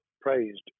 praised